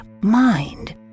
mind